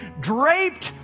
draped